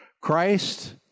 Christ